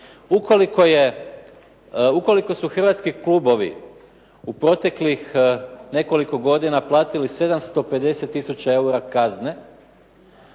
Ukoliko su hrvatski klubovi u proteklih nekoliko godina platili 750 tisuća eura kazne